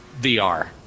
VR